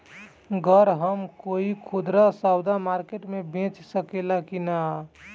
गर हम कोई खुदरा सवदा मारकेट मे बेच सखेला कि न?